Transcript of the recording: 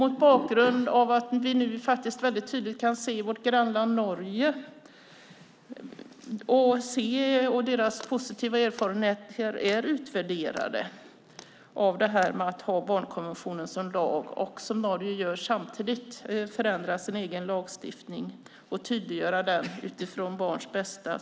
Vi kan titta på vårt grannland Norge. Deras positiva erfarenheter av att ha barnkonventionen som lag är utvärderade. De har samtidigt förändrat sin egen lagstiftning och utgått från barns bästa.